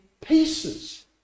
pieces